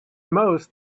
most